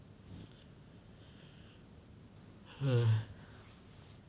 !huh!